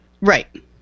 Right